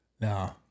No